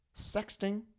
sexting